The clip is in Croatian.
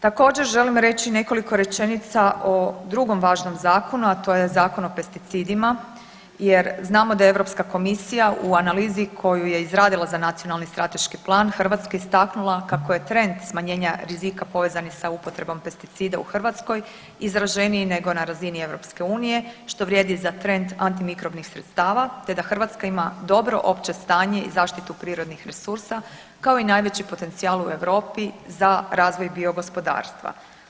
Također želim reći nekoliko rečenica o drugom važnom zakonu, a to je Zakon o pesticidima jer znamo da Europska komisija u analizi koju je izradila za nacionalni strateški plan Hrvatska istaknula kako je trend smanjenja rizika povezanih sa upotrebom pesticida u Hrvatskoj izraženiji nego na razini EU što vrijedi za trend antimikrobnih sredstava te da Hrvatska ima dobro opće stanje i zaštitu prirodnih resursa kao i najveći potencijal u Europi za razvoj biogospodarstva.